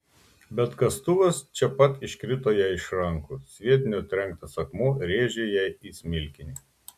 bet kastuvas čia pat iškrito jai iš rankų sviedinio trenktas akmuo rėžė jai į smilkinį